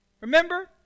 remember